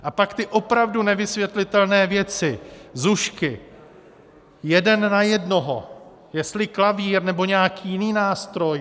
A pak ty opravdu nevysvětlitelné věci: ZUŠky, jeden na jednoho, jestli klavír nebo nějaký jiný nástroj.